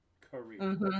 career